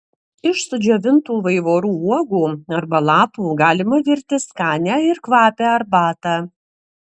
iš sudžiovintų vaivorų uogų arba lapų galima virti skanią ir kvapią arbatą